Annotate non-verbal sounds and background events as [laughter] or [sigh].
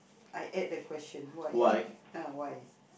I add the question why [laughs] ah why